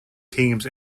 teams